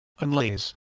unlays